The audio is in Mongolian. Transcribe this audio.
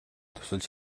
тусалж